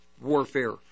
warfare